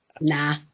Nah